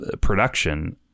production